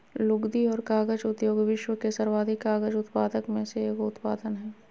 लुगदी और कागज उद्योग विश्व के सर्वाधिक कागज उत्पादक में से एगो उत्पाद हइ